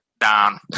down